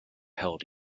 held